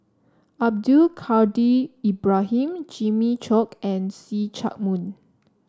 Abdul Kadir Ibrahim Jimmy Chok and See Chak Mun